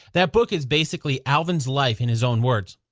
that book is basically alvin's life in his own words.